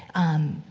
um,